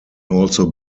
also